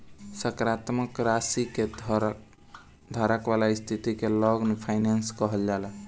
सकारात्मक राशि के धारक वाला स्थिति के लॉन्ग फाइनेंस कहल जाला